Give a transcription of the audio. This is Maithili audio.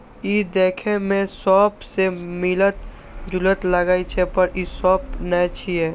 ई देखै मे सौंफ सं मिलैत जुलैत लागै छै, पर ई सौंफ नै छियै